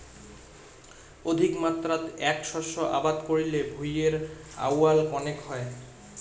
অধিকমাত্রাত এ্যাক শস্য আবাদ করিলে ভূঁইয়ের আউয়াল কণেক হয়